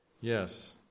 Yes